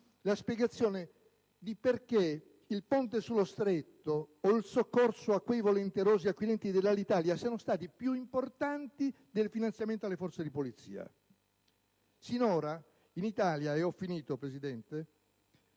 la spiegazione del perché il ponte sullo Stretto o il soccorso a quei volonterosi acquirenti dell'Alitalia siano stati più importanti del finanziamento alle forze di polizia. Sinora in Italia è stato il